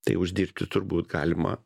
tai uždirbti turbūt galima